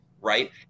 right